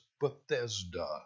Bethesda